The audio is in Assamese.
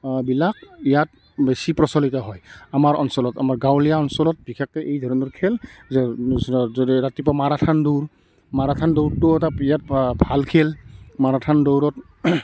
বিলাক ইয়াত বেছি প্ৰচলিত হয় আমাৰ অঞ্চলত আমাৰ গাঁৱলীয়া অঞ্চলত বিশেষকৈ এই ধৰণৰ খেল যে ৰাতিপুৱা মাৰাথান দৌৰ মাৰাথান দৌৰটোও এটা ব বিৰাট ভাল খেল মাৰাথান দৌৰত